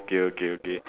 okay okay okay